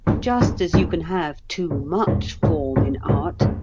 just as you can have too much form in art,